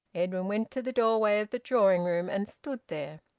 edwin went to the doorway of the drawing-room and stood there.